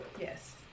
Yes